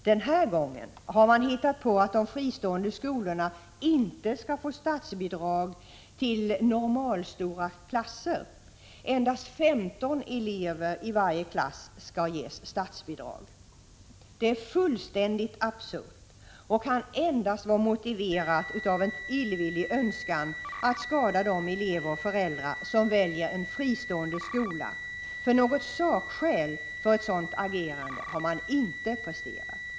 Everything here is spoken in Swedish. Den här gången har man hittat på att de fristående skolorna inte skall få statsbidrag till normalstora klasser. Endast för 15 elever i varje klass skall statsbidrag ges. Det är fullständigt absurt och kan endast vara motiverat av en illvillig önskan att skada de elever och föräldrar som väljer en fristående skola. Något sakskäl för ett sådant agerande har man inte presenterat.